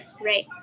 Right